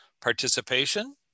participation